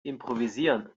improvisieren